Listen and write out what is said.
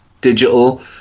Digital